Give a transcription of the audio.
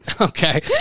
Okay